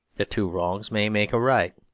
the two wrongs may make a right.